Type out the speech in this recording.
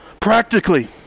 practically